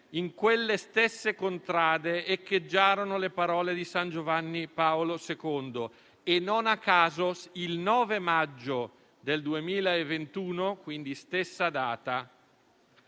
in quelle stesse contrade echeggiarono le parole di san Giovanni Paolo II e non a caso il 9 maggio del 2021, quindi nella stessa data,